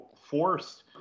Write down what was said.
forced